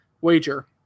wager